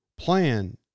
plan